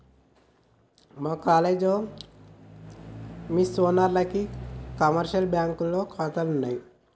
మా కాలేజీలో మెస్ ఓనర్లకి కమర్షియల్ బ్యాంకులో ఖాతాలున్నయ్